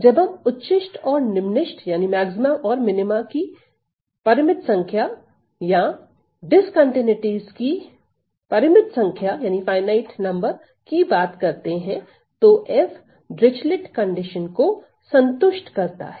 जब हम उच्चिष्ठ और निम्निष्ठ की परिमित संख्या या असांतत्यताओं की परिमित संख्या की बात करते हैं तो f डिरचलेट प्रतिबंध को संतुष्ट करता है